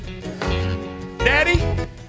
daddy